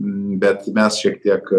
bet mes šiek tiek